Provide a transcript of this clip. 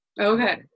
okay